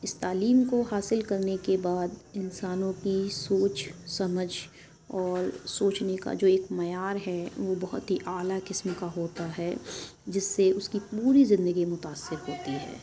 اِس تعلیم کو حاصل کرنے کے بعد انسانوں کی سوچ سمجھ اور سوچنے کا جو ایک معیار ہے وہ بہت ہی اعلیٰ قسم کا ہوتا ہے جس سے اُس کی پوری زندگی متاثر ہوتی ہے